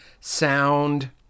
sound